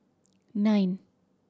nine